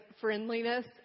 friendliness